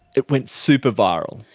it went super-viral.